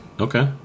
Okay